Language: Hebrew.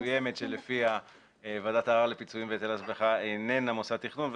מסוימת שלפיה ועדת הערר לפיצויים והיטל השבחה איננה מוסד תכנון,